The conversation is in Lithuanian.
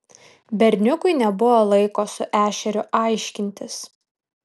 berniukui nebuvo laiko su ešeriu aiškintis